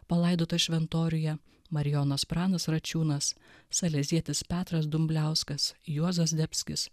palaidotas šventoriuje marijonas pranas račiūnas salezietis petras dumbliauskas juozas zdebskis